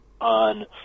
on